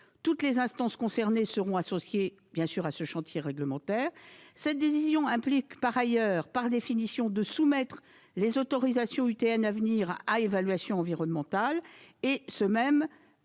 Toutes les instances concernées seront associées, bien sûr, à ce chantier réglementaire. Cette décision implique par ailleurs, et par définition, qu'il faut soumettre les autorisations UTN à venir à évaluation environnementale- tant que